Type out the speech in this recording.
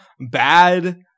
bad